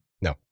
no